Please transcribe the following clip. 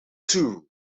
two